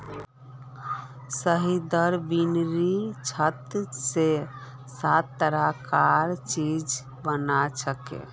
शहदेर बिन्नीर छात स सात तरह कार चीज बनछेक